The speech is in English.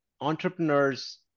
entrepreneurs